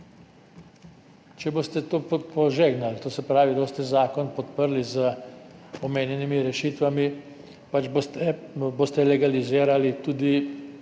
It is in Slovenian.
Če boste to požegnali, to se pravi, da boste zakon podprli z omenjenimi rešitvami, boste legalizirali tudi